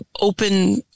open